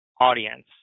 audience